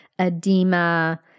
edema